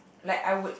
like I would